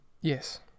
Yes